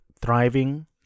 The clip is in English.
thriving